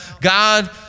God